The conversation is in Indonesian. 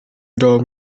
dalam